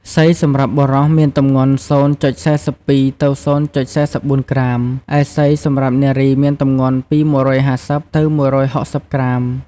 សី សម្រាប់បុរសមានទម្ងន់០.៤២ ទៅ០.៤៤ក្រាម ឯ សីសម្រាប់នារីមានទម្ងន់ពី១៥០ ទៅ ១៦០ក្រាម ។